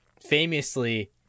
famously